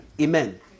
Amen